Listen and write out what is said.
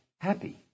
happy